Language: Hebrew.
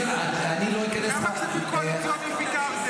אני לא איכנס --- על כמה כספים קואליציוניים ויתרתם?